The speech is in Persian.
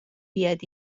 بیاد